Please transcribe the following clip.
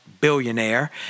billionaire